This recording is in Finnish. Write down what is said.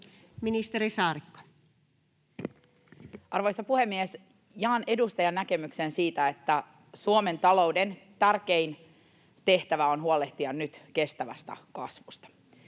Content: Arvoisa puhemies! Jaan edustajan näkemyksen siitä, että Suomen talouden tärkein tehtävä on nyt huolehtia kestävästä kasvusta.